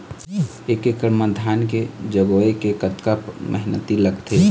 एक एकड़ म धान के जगोए के कतका मेहनती लगथे?